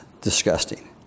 disgusting